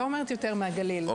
כן.